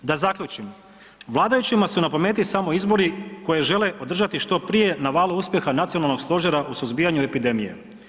Da zaključim, vladajućima su na pameti samo izbori koje žele održati što prije na valu uspjeha nacionalnog stožera u suzbijanju epidemije.